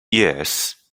yes